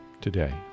today